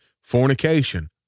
fornication